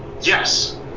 yes